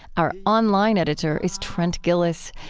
our online editor is trent gilliss.